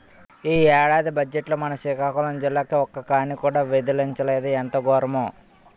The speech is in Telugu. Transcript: ఈ ఏడాది బజ్జెట్లో మన సికాకులం జిల్లాకి ఒక్క కానీ కూడా విదిలించలేదు ఎంత గోరము